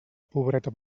pobreta